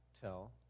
tell